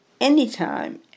anytime